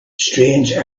strange